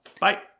bye